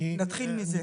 נתחיל מזה.